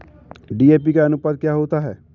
DAP का अनुपात क्या होता है?